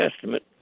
Testament